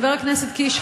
חבר הכנסת קיש,